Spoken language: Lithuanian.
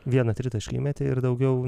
vieną tritaškį įmetė ir daugiau